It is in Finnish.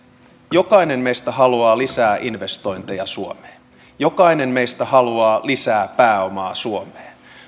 jokainen meistä haluaa lisää investointeja suomeen jokainen meistä haluaa lisää pääomaa suomeen